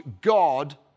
God